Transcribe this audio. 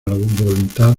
voluntad